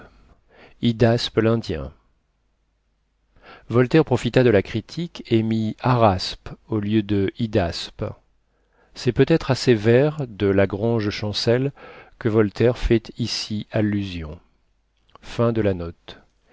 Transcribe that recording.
hidaspe l'indien voltaire profita de la critique et mit araspe au lieu de hidaspe c'est peut-être à ces vers de la grange chancel que voltaire fait ici allusion